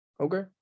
Okay